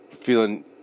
feeling